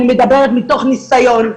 אני מדברת מתוך ניסיון.